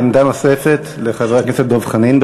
עמדה נוספת לחבר הכנסת דב חנין.